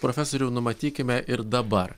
profesoriau numatykime ir dabar